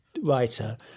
writer